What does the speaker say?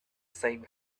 same